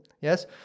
yes